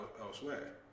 elsewhere